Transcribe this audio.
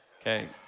Okay